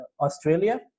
Australia